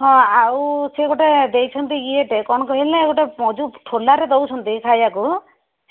ହଁ ଆଉ ସେ ଗୋଟେ ଦେଇଛନ୍ତି ଇଏଟେ କ'ଣ କହିଲେ ଗୋଟେ ଯେଉଁ ଠୋଲାରେ ଦେଉଛନ୍ତି ଖାଇବାକୁ